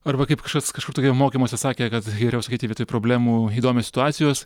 arba kaip kažkas kažkur tokiam mokymuose sakė kad geriau sakyti vietoj problemų įdomios situacijos